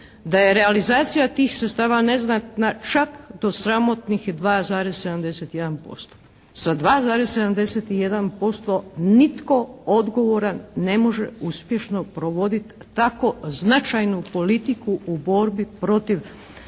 da je realizacija tih sredstava neznatna čak do sramotnih 2,71%. Sa 2,71% nitko odgovoran ne može uspješno provoditi tako značajnu politiku u borbi protiv